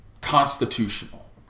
constitutional